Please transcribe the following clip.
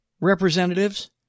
representatives